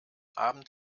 abend